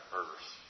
earth